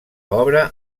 obra